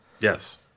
Yes